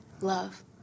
love